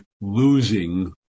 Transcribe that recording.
losing